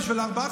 בשביל ארבעה,